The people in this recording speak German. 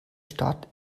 stadt